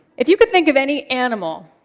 if you could think of any animal,